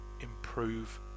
improve